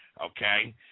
okay